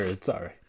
Sorry